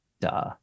Duh